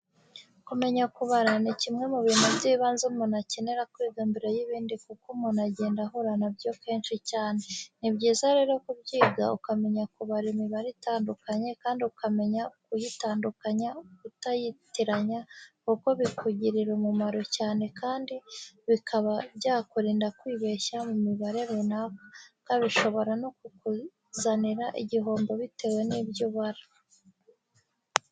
Kumenya kubara ni kimwe mu bintu by'ibanze umuntu akenera kwiga mbere y'ibindi kuko umuntu agenda ahura na byo kenshi cyane. Ni byiza rero kubyiga ukamenya kubara imibare itandukanye kandi ukamenya kuyitandukanya utayitiranya kuko bikugirira umumaro cyane kandi bikaba byakurinda kwibeshya mu mibare runaka bishobora no kukuzanira igihombo bitewe n'ibyo ubara.